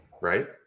right